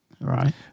right